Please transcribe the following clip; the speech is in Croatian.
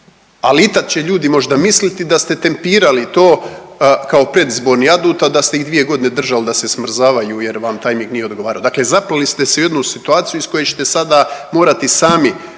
Ali i tad će ljudi možda misliti da ste tempirali to kao predizborni adut, a da ste ih dvije godine držali da se smrzavaju jer vam tajming nije odgovarao. Dakle, zapleli ste se u jednu situaciju iz koje ćete sada morati sami